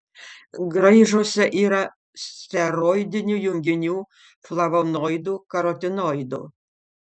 graižuose yra steroidinių junginių flavonoidų karotinoidų